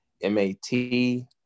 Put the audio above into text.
M-A-T